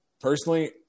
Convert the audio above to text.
Personally